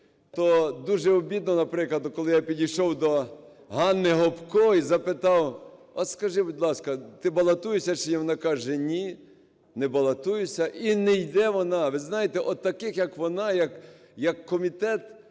То дуже обідно, наприклад, коли я підійшов до Ганни Гопко і запитав: "От скажи, будь ласка, ти балотуєшся чи ні?" А вона каже: "Ні, не балотуюся". І не йде вона. Ви знаєте, от таких, як вона, як Комітет,